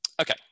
Okay